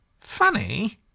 Funny